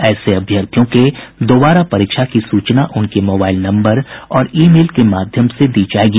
ऐसे अभ्यार्थियों को दोबारा परीक्षा की सूचना उनके मोबाइल नम्बर और ई मेल के माध्यम से दी जायेगी